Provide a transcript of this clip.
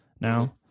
now